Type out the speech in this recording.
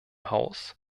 haus